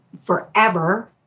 forever